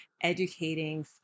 educating